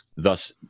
Thus